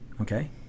Okay